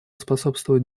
способствовать